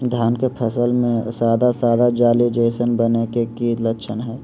धान के फसल में सादा सादा जाली जईसन बने के कि लक्षण हय?